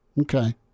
Okay